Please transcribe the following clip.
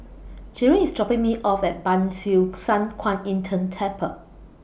Jaron IS dropping Me off At Ban Siew San Kuan Im Tng Temple